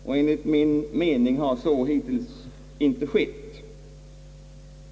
Enligt min mening har så hitintills ej skett.